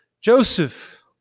Joseph